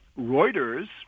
Reuters